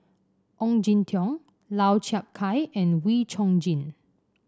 Ong Jin Teong Lau Chiap Khai and Wee Chong Jin